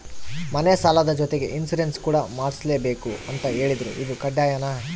ಮನೆ ಸಾಲದ ಜೊತೆಗೆ ಇನ್ಸುರೆನ್ಸ್ ಕೂಡ ಮಾಡ್ಸಲೇಬೇಕು ಅಂತ ಹೇಳಿದ್ರು ಇದು ಕಡ್ಡಾಯನಾ?